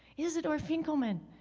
izador finkleman.